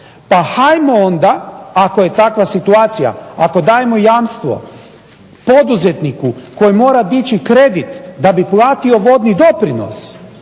Pa hajmo onda ako je takva situacija, ako dajem jamstvo poduzetniku koji mora dići kredit da bi platio vodni doprinos